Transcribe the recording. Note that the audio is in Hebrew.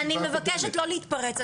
אני מבקשת לא להתפרץ,